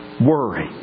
Worry